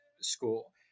school